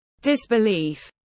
disbelief